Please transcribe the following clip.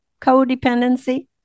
codependency